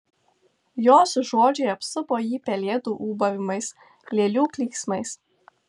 jos žodžiai apsupo jį pelėdų ūbavimais lėlių klyksmais